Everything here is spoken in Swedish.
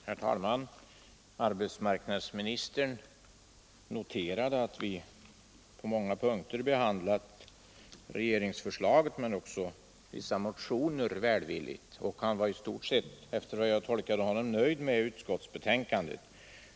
Herr talman! Arbetsmarknadsministern noterade att utskottet på många punkter har behandlat regeringsförslaget — men också vissa motioner — välvilligt, och han var i stort sett — så tolkade jag honom — nöjd med utskottsbetänkandet.